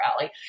alley